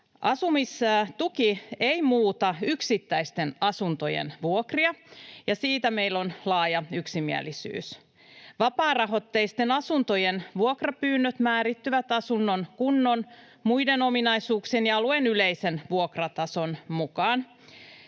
”Asumistuki ei muuta yksittäisten asuntojen vuokria, ja siitä meillä on laaja yksimielisyys. Vapaarahoitteisten asuntojen vuokrapyynnöt määrittyvät asunnon kunnon, muiden ominaisuuksien ja alueen yleisen vuokratason mukaan.